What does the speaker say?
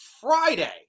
Friday